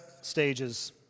stages